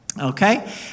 Okay